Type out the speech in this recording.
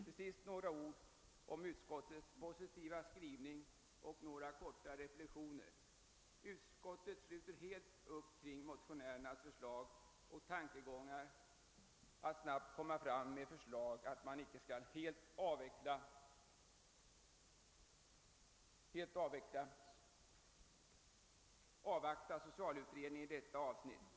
Till sist några korta reflexioner i anledning av utskottets positiva skrivning när utskottet helt sluter upp kring motionärernas förslag och tankegångar att det snabbt bör framläggas förslag och att man icke skall avvakta socialutredningens betänkande i detta avseende.